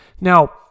Now